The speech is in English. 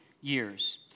years